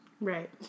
Right